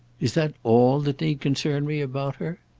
is that all that need concern me about her?